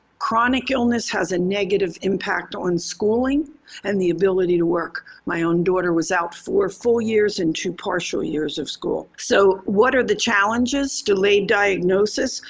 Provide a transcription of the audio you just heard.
chronic illness has a negative impact on schooling and the ability to work. my own daughter was out for four years and two partial years of school. so what are the challenges? delayed diagnosis,